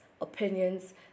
opinions